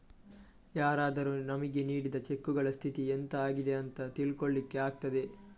ಯಾರಾದರೂ ನಮಿಗೆ ನೀಡಿದ ಚೆಕ್ಕುಗಳ ಸ್ಥಿತಿ ಎಂತ ಆಗಿದೆ ಅಂತ ತಿಳ್ಕೊಳ್ಳಿಕ್ಕೆ ಆಗ್ತದೆ